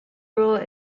role